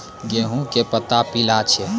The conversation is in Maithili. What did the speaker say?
गेहूँ के पत्ता पीला छै?